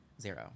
zero